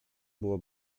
było